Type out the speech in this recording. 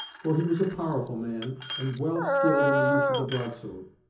for he was a powerful man and well skilled in the use of the broadsword.